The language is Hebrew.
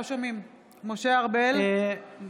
אינו נוכח יעקב אשר,